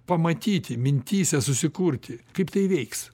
pamatyti mintyse susikurti kaip tai veiks